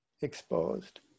exposed